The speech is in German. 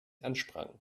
ansprangen